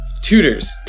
tutors